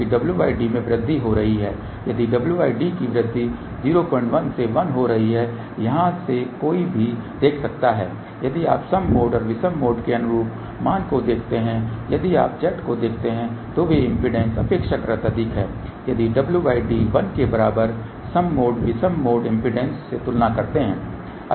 कि wd में वृद्धि हो रही है यदि wd की वृद्धि 01 से 1 हो रही है यहाँ से कोई भी देख सकता है यदि आप सम मोड और विषम मोड के अनुरूप मान को देखते हैं यदि आप Z को देखते हैं तो वे इम्पीडेंस अपेक्षाकृत अधिक हैं यदि wd 1 के बराबर सम मोड विषम मोड इम्पीडेंस से तुलना करते है